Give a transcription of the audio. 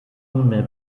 nunmehr